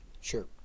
Sure